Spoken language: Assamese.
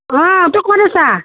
অঁ তই ক'ত আছা